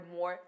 more